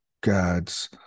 God's